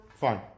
fine